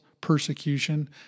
persecution